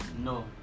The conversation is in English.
No